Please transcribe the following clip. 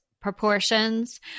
proportions